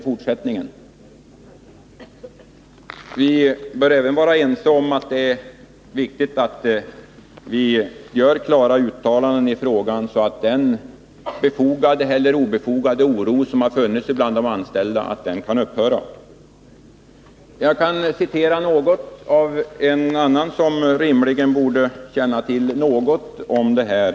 Vi bör även kunna vara ense om att det är viktigt att göra klara uttalanden i frågan, så att den befogade eller obefogade oro som har funnits bland de anställda kan skingras. Jag kan citera något av vad som uttalats av en person som rimligen borde känna till något om dessa frågor.